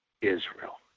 Israel